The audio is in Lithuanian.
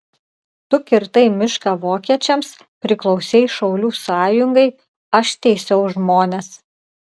tu kirtai mišką vokiečiams priklausei šaulių sąjungai aš teisiau žmones